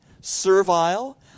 servile